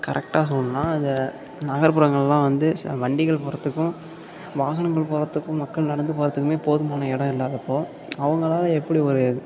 கரெக்டாக சொல்லணுன்னா இந்த நகர்புறங்களெலாம் வந்து ச வண்டிகள் போறதுக்கும் வாகனங்கள் போறதுக்கும் மக்கள் நடந்து போறதுக்குமே போதுமான இடம் இல்லாதப்போ அவங்களால எப்படி ஒரு